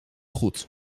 goed